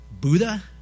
Buddha